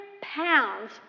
pounds